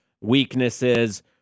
weaknesses